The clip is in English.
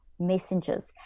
messengers